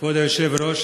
כבוד היושב-ראש,